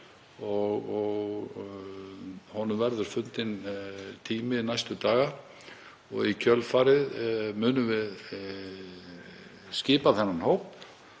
og honum verður fundinn tími næstu daga. Í kjölfarið munum við skipa þennan hóp